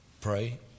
Pray